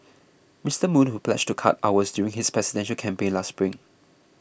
Mister Moon who pledged to cut hours during his presidential campaign last spring